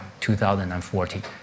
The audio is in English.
2040